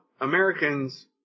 Americans